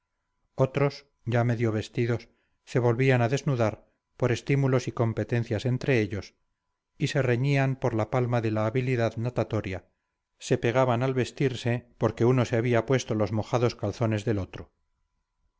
otros ya medio vestidos se volvían a desnudar por estímulos y competencias entre ellos y se reñían por la palma de la habilidad natatoria se pegaban al vestirse porque uno se había puesto los mojados calzones del otro